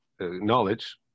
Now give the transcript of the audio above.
knowledge